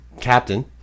captain